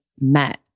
met